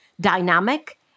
dynamic